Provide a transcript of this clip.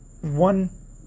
one